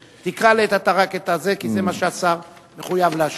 תקרא לעת עתה את זה, כי זה מה שהשר מחויב להשיב.